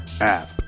app